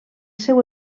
seu